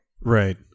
Right